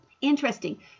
Interesting